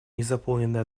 незаполненной